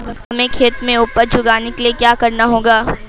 हमें खेत में उपज उगाने के लिये क्या करना होगा?